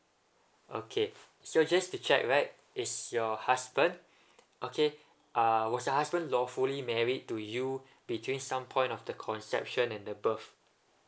okay so just to check right is your husband okay uh was your husband lawfully married to you between some point of the conception and the birth